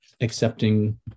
accepting